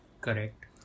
Correct